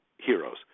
heroes